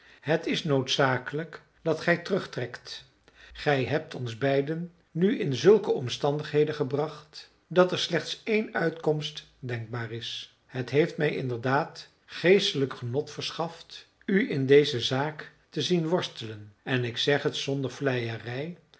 het is noodzakelijk dat gij terugtrekt gij hebt ons beiden nu in zulke omstandigheden gebracht dat er slechts één uitkomst denkbaar is het heeft mij inderdaad geestelijk genot verschaft u in deze zaak te zien worstelen en ik zeg het zonder vleierij